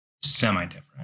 semi-different